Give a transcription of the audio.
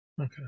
Okay